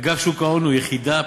אגף שוק ההון הוא יחידה פנים-אוצרית.